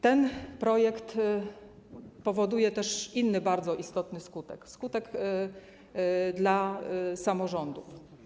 Ten projekt wywołuje też inny bardzo istotny skutek, skutek dla samorządów.